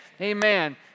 Amen